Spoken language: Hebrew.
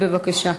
בבקשה.